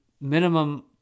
minimum